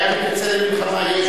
"והיה כי תצא למלחמה".